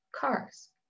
cars